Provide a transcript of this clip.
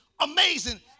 amazing